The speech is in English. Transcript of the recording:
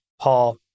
paul